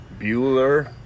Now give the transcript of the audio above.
Bueller